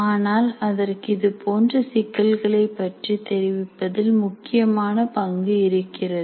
ஆனால் அதற்கு இதுபோன்ற சிக்கல்களைப் பற்றி தெரிவிப்பதில் முக்கியமான பங்கு இருக்கிறது